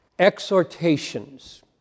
exhortations